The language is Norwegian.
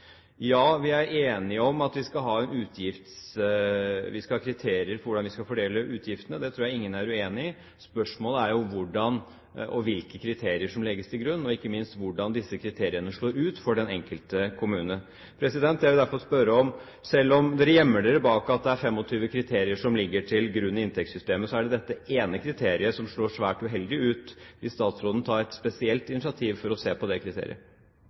Ja, vi er enige om at vi skal ha kriterier for hvordan vi skal fordele utgiftene. Det tror jeg ingen er uenig i. Spørsmålet er hvordan og hvilke kriterier som legges til grunn, og ikke minst hvordan disse kriteriene slår ut for den enkelte kommune. Jeg vil derfor spørre: Selv om dere gjemmer dere bak at det er 25 kriterier som ligger til grunn i inntektssystemet, så er det dette ene kriteriet som slår svært uheldig ut. Vil statsråden ta et spesielt initiativ for å se på det kriteriet?